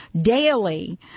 daily